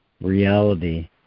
reality